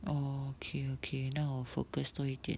oh okay okay 那我 focus 多一点